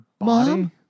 Mom